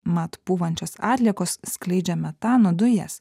mat pūvančios atliekos skleidžia metano dujas